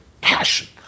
passion